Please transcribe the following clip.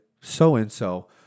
so-and-so